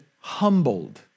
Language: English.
humbled